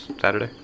Saturday